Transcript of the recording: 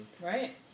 Right